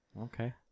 Okay